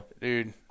Dude